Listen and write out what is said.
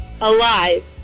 Alive